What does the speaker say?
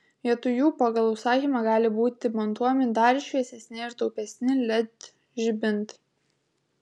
vietoj jų pagal užsakymą gali būti montuojami dar šviesesni ir taupesni led žibintai